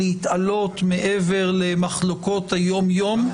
להתעלות מעבר למחלוקות היום-יום,